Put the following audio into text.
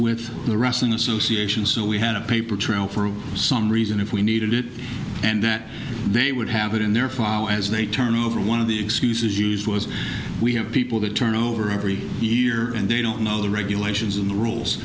with the wrestling association so we had a paper trail for some reason if we needed it and that they would have it in their file as they turn over one of the excuses used was we have people to turn over every year and they don't know the regulations of the rules